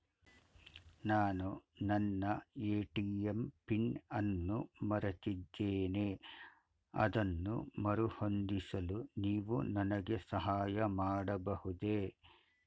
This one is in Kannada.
ನಾನು ನನ್ನ ಎ.ಟಿ.ಎಂ ಪಿನ್ ಅನ್ನು ಮರೆತಿದ್ದೇನೆ ಅದನ್ನು ಮರುಹೊಂದಿಸಲು ನೀವು ನನಗೆ ಸಹಾಯ ಮಾಡಬಹುದೇ?